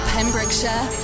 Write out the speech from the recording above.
Pembrokeshire